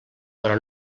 però